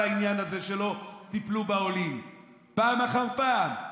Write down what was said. העניין הזה שלא טיפלו בעולים פעם אחר פעם,